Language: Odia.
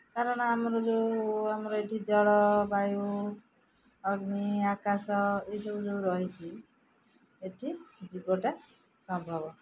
କାରଣ ଆମର ଯେଉଁ ଆମର ଏଇଠି ଜଳ ବାୟୁ ଅଗ୍ନି ଆକାଶ ଏହିସବୁ ଯେଉଁ ରହିଛି ଏଇଠି ଜୀବଟା ସମ୍ଭବ